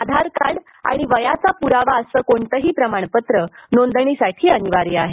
आधार card आणि वयाचा प्रावा असं कोणतंही प्रमाणपत्र नोंदणीसाठी अनिवार्य आहे